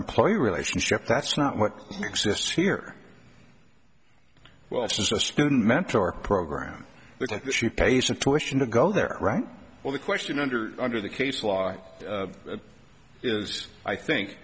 employee relationship that's not what exists here well it's just a student mentor program the pace of tuition to go there right well the question under under the case law is i think